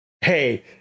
Hey